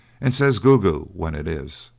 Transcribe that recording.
and says goo-goo when it is.